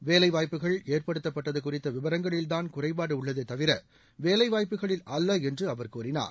வேலைவாய்ப்புகள் ஏற்படுத்தப்பட்டது குறித்த விவரங்களில்தான் குறைபாடு உள்ளதே தவிர வேலைவாய்ப்புகளில் அல்ல என்று அவர் கூறினார்